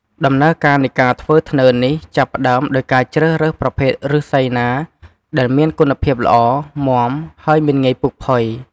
ដំណើរការនៃការធ្វើធ្នើរនេះ ចាប់ផ្តើមដោយការជ្រើសរើសប្រភេទឬស្សីណាដែលមានគុណភាពល្អ មាំ ហើយមិនងាយពុកផុយ។